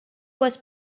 was